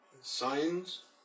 signs